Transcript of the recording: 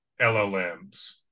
LLMs